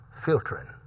filtering